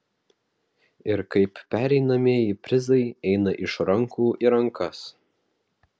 ir kaip pereinamieji prizai eina iš rankų į rankas